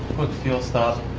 quick fuel stop.